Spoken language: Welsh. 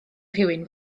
rhywun